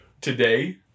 today